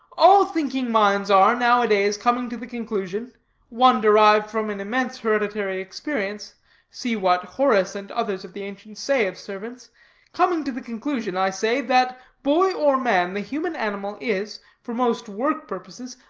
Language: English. all thinking minds are, now-a-days, coming to the conclusion one derived from an immense hereditary experience see what horace and others of the ancients say of servants coming to the conclusion, i say, that boy or man, the human animal is, for most work-purposes,